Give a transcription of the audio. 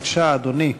בבקשה, אדוני.